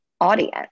audience